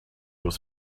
was